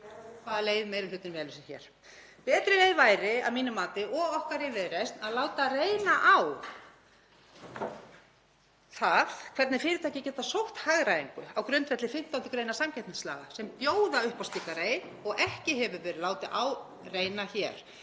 hvaða leið meiri hlutinn velur sér hér. Betri leið væri, að mínu mati og okkar í Viðreisn, að láta reyna á það hvernig fyrirtæki geti sótt hagræðingu á grundvelli 15. gr. samkeppnislaga sem bjóða upp á slíka leið og ekki hefur verið látið á reyna hér.